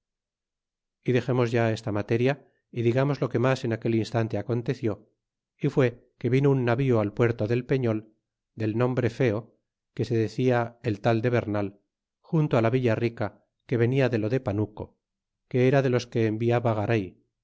y dexemos ya esta materia y digamos lo que mas ea aquel instante aconteció é fue que vino un navío al puerto del peñol del nombre feo que se decía el tal de bernal juntó la villa rica que venia de lo de panuco que era de los que enviaba garay